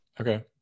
Okay